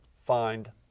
find